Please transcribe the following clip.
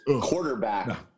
quarterback